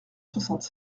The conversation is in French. soixante